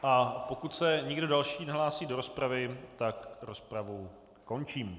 A pokud se nikdo další nehlásí do rozpravy, rozpravu končím.